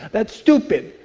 that's stupid.